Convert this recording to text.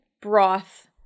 broth